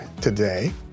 today